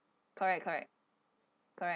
correct correct correct